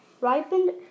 ripened